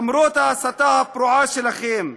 למרות ההסתה הפרועה שלכם,